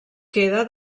queda